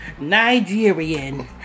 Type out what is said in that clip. Nigerian